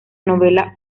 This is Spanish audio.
novela